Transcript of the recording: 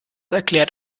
erklärt